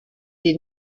die